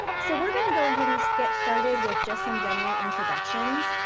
so, we're going to go ahead and get started with just some general introductions.